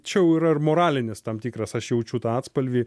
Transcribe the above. čia jau yra ir moralinis tam tikras aš jaučiu tą atspalvį